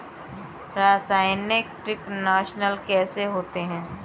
रासायनिक कीटनाशक कैसे होते हैं?